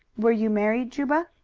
were you married, juba?